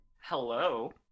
Hello